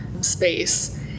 space